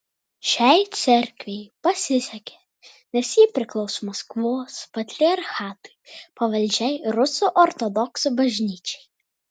šiai cerkvei pasisekė nes ji priklauso maskvos patriarchatui pavaldžiai rusų ortodoksų bažnyčiai